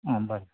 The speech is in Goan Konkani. आं बरें